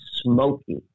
smoky